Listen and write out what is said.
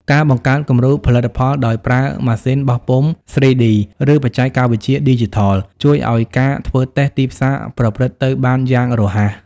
ការបង្កើតគំរូផលិតផល ដោយប្រើម៉ាស៊ីនបោះពុម្ព 3D ឬបច្ចេកវិទ្យាឌីជីថល ជួយឱ្យការធ្វើតេស្តទីផ្សារប្រព្រឹត្តទៅបានយ៉ាងរហ័ស។